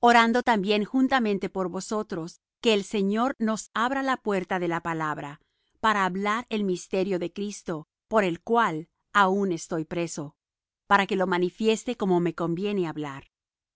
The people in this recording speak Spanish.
orando también juntamente por nosotros que el señor nos abra la puerta de la palabra para hablar el misterio de cristo por el cual aun estoy preso para que lo manifieste como me conviene hablar